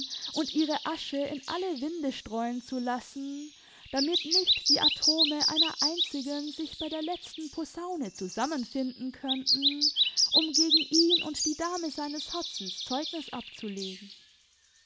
und ihre asche in alle winde streuen zu lassen damit nicht die atome einer einzigen sich bei der letzten posaune zusammenfinden könnten um gegen ihn und die dame seine herzens zeugnis abzulegen